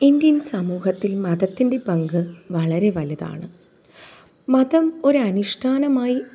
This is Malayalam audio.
ഇന്ത്യൻ സമൂഹത്തിൽ മതത്തിൻ്റെ പങ്ക് വളരെ വലുതാണ് മതം ഒരു അനുഷ്ഠാനമായി